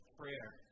prayer